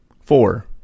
four